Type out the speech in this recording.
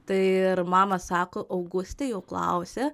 tai ir mama sako augustė jau klausia